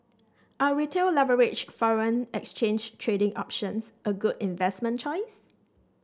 are Retail leveraged foreign exchange trading options a good investment choice